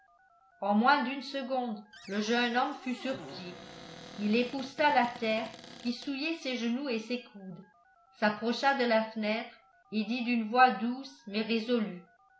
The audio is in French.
en moins d'une seconde le jeune homme fut sur pied il épousseta la terre qui souillait ses genoux et ses coudes s'approcha de la fenêtre et dit d'une voix douce mais résolue